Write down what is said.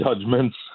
judgments